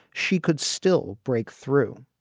she could still break through.